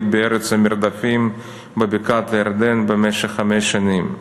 ב"ארץ המרדפים" בבקעת-הירדן במשך חמש שנים.